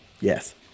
Yes